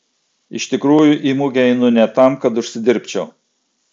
iš tikrųjų į mugę einu ne tam kad užsidirbčiau